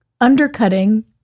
undercutting